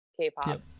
K-pop